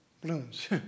balloons